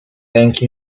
ręki